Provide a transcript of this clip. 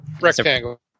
Rectangle